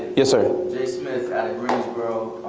yes sir? jay smith out of greensboro.